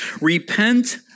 Repent